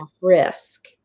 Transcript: risk